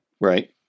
Right